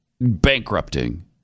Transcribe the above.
bankrupting